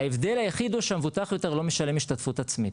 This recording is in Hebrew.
ההבדל היחיד הוא שהמבוטח יותר לא משלם השתתפות עצמית.